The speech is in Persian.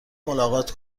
ملاقات